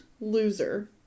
loser